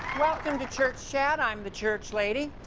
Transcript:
welcome to church chat. i'm the church lady.